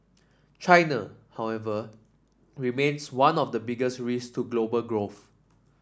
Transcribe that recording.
China however remains one of the biggest risks to global growth